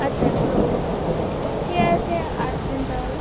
আচ্ছা তো ঠিক আছে আসবেন তাহলে